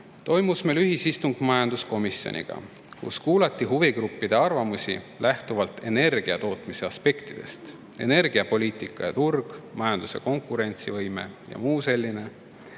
toimus meil majanduskomisjoniga ühisistung, kus kuulati huvigruppide arvamusi lähtuvalt energia tootmise aspektidest: energiapoliitika ja turg, majandus ja konkurentsivõime ja muu selline.